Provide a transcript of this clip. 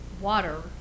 water